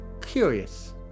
Curious